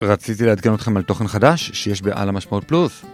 רציתי לעדכן אתכם על תוכן חדש שיש בעל המשמעות פלוס